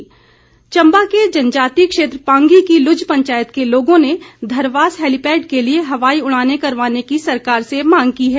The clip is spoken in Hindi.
मांग चम्बा के जनजातीय क्षेत्र पांगी की लुज पंचायत के लोगों ने धरवास हैलीपैड के लिए हवाई उड़ानें करवाने की सरकार से मांग की है